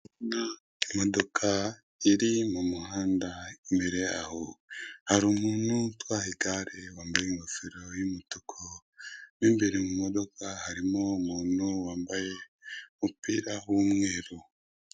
Ndabona imodoka iri mu muhanda imbere yaho hari umuntu utwaye igare wambaye ingofero y'umutuku n'imbere mu modoka harimo umuntu wambaye umupira w'umweru.